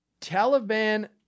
Taliban